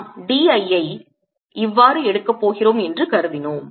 நாம் dl ஐ இவ்வாறு எடுக்கப் போகிறோம் என்று கருதினோம்